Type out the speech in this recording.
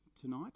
tonight